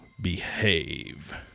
behave